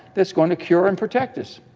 that's going to cure and protect us.